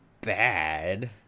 bad